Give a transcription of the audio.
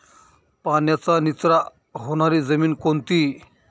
पाण्याचा निचरा होणारी जमीन कोणती?